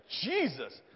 Jesus